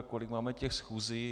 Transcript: Kolik máme těch schůzí?